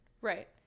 right